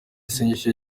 isengesho